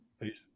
Peace